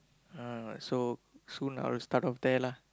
uh so soon I will start off there lah